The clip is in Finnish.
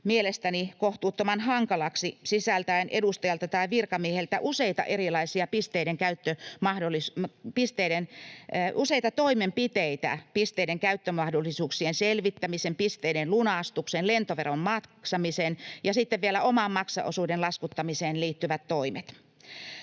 mielestäni kohtuuttoman hankalaksi sisältäen edustajalta tai virkamieheltä useita erilaisia toimenpiteitä: pisteiden käyttömahdollisuuksien selvittämiseen, pisteiden lunastukseen, lentoveron maksamiseen ja sitten vielä oman maksuosuuden laskuttamiseen liittyvät toimet.